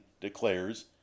declares